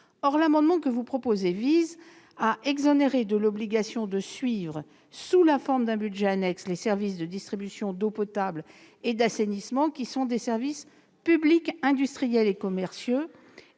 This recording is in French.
Or l'amendement qui est ici proposé vise à exonérer de l'obligation de suivre, sous la forme d'un budget annexe, les services de distribution d'eau potable et d'assainissement, qui sont des services publics industriels et commerciaux,